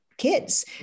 kids